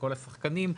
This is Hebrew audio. לכל השחקנים,